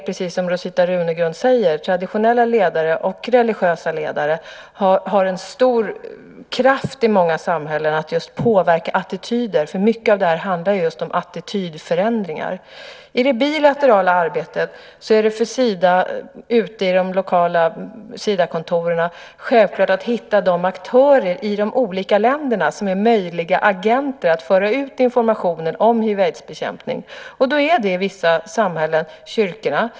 Precis som Rosita Runegrund säger har ju traditionella och religiösa ledare en stor kraft i många samhällen när det gäller att påverka attityder. Mycket av det här handlar just om attitydförändringar. I det bilaterala arbetet är det självklart ute i de lokala Sidakontoren att hitta de aktörer i de olika länder som är möjliga agenter för att föra ut informationen om hiv/aids-bekämpning. I vissa samhällen är det kyrkorna.